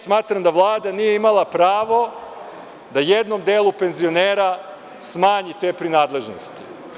Smatram da Vlada nije imala pravo da jednom delu penzionera smanji te prinadležnosti.